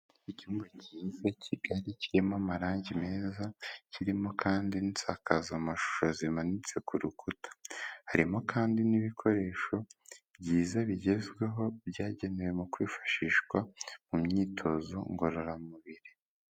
Icyumba kiza kigali kirimo amarangi meza, kirimo kandi n'insakazamashusho zimanitse ku rukuta, harimo kandi n'ibikoresho byiza bigezweho byagenewe mu kwifashishwa mu myitozo ngororamubiri.